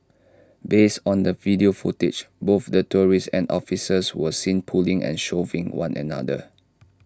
based on the video footage both the tourists and officers were seen pulling and shoving one another